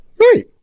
Right